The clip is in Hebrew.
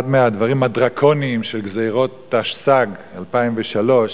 אחד מהדברים הדרקוניים של גזירות תשס"ג, 2003,